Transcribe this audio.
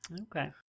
Okay